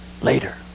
later